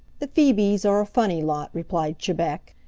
the phoebes are a funny lot, replied chebec.